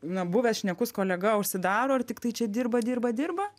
na buvęs šnekus kolega užsidaro ir tiktai čia dirba dirba dirba